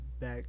back